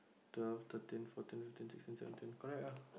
twelve thirteen fourteen fifteen sixteen seventeen correct ah